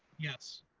yes.